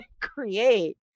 create